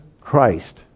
Christ